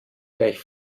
gleich